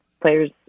players